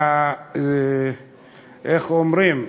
איך אומרים,